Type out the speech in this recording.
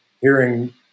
hearing